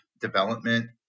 development